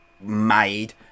made